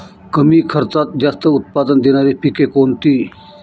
कमी खर्चात जास्त उत्पाद देणारी पिके कोणती?